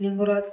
Lingaraj